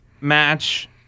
match